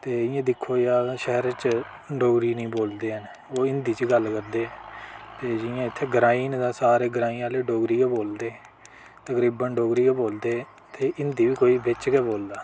ते इयां दिक्खो तां शैह्र च डोगरी नी बोलदे हैन ओह् हिंदी च गल्ल करदे ते जियां इत्थें ग्राईं न सारे ग्राईं आह्ले डोगरी गै बोलदे तकरीबन डोगरी गै बोलदे ते हिंदी बी कोई बिच्च गै बोलदा